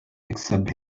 except